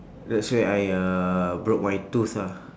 that's where I uh broke my tooth ah